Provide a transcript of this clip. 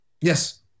Yes